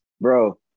Bro